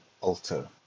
alter